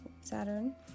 Saturn